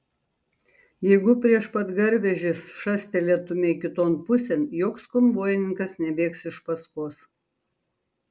jeigu prieš pat garvežį šastelėtumei kiton pusėn joks konvojininkas nebėgs iš paskos